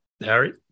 Harry